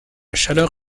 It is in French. chaleur